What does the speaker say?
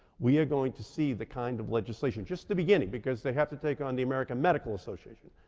we are going to see the kind of legislation just the beginning, because they have to take on the american medical association,